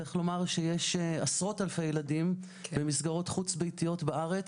צריך לומר שיש עשרות אלפי ילדים במסגרות חוץ-ביתיות בארץ.